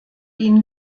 ihn